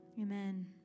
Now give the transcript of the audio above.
Amen